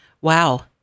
Wow